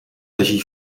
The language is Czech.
leží